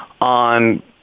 on